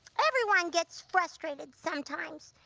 everyone gets frustrated sometimes,